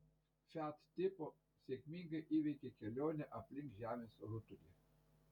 fiat tipo sėkmingai įveikė kelionę aplink žemės rutulį